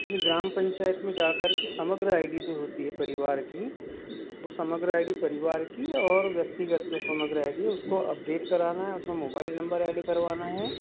ग्राम पंचायत में जा कर के समग्र आई डी जो होती है परिवार की वो समग्र आई डी परिवार की और व्यक्तिगत की सामग्री आई डी उसको अपडेट कराना है उस में मोबाइल नंबर एड करवाना है